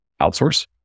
outsource